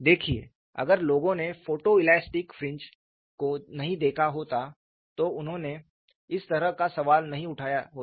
देखिए अगर लोगों ने फोटोइलास्टिक फ्रिंज को नहीं देखा होता तो उन्होंने इस तरह का सवाल नहीं उठाया होता